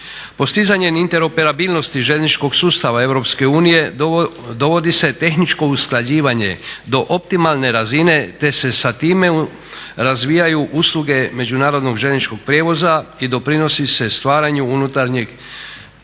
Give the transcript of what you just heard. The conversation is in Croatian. Postizanjem interoperabilnosti željezničkog sustava Europske unije dovodi se tehničko usklađivanje do optimalne razine te se sa time razvijaju usluge međunarodnog željezničkog prijevoza i doprinosi se stvaranju unutarnjeg tržišta